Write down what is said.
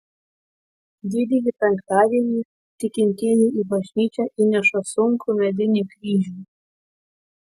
didįjį penktadienį tikintieji į bažnyčią įnešą sunkų medinį kryžių